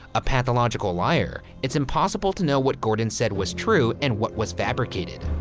a pathological liar it's impossible to know what gordon said was true and what was fabricated.